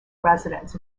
residence